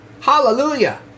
Hallelujah